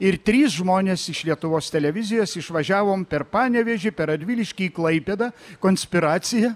ir trys žmonės iš lietuvos televizijos išvažiavom per panevėžį per radviliškį į klaipėdą konspiraciją